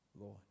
Lord